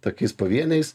tokiais pavieniais